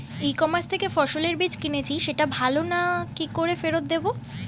ই commerce থেকে ফসলের বীজ কিনেছি সেটা ভালো না কি করে ফেরত দেব?